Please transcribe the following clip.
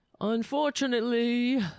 unfortunately